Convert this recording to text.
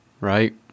right